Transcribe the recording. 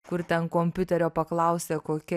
kur ten kompiuterio paklausė kokia